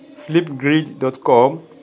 flipgrid.com